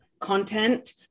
content